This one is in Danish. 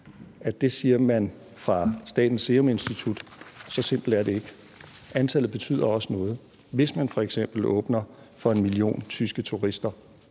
er det samme, kan man roligt åbne – at så simpelt er det ikke. Antallet betyder også noget. Hvis man f.eks. åbner for en million tyske turister,